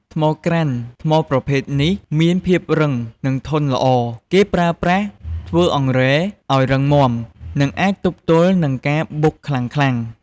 ថ្មក្រានថ្មប្រភេទនេះមានភាពរឹង និងធន់ល្អ គេប្រើសម្រាប់ធ្វើអង្រែឲ្យរឹងមាំ និងអាចទប់ទល់នឹងការបុកខ្លាំងៗ។